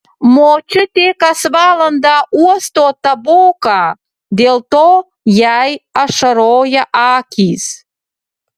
močiutė kas valandą uosto taboką dėl to jai ašaroja akys